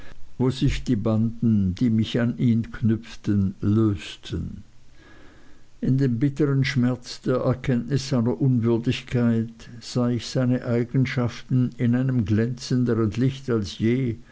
wo sich die banden die mich an ihn knüpften lösten in dem bittern schmerz der erkenntnis seiner unwürdigkeit sah ich seine eigenschaften in einem glänzenderen lichte als je